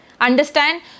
understand